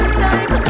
time